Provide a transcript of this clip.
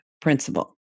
principle